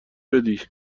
بدی